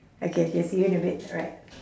okay K see you in a bit alright